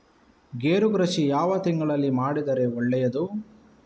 ಗೇರು ಕೃಷಿ ಯಾವ ತಿಂಗಳಲ್ಲಿ ಮಾಡಿದರೆ ಒಳ್ಳೆಯದು?